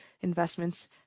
Investments